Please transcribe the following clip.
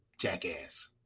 jackass